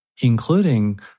including